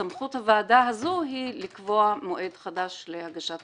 בסמכות הוועדה הזו לקבוע מועד חדש להגשת